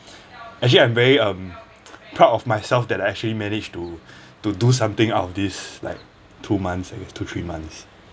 actually I'm very um proud of myself that I actually managed to to do something out of this like two months I guess two three months